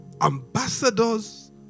ambassadors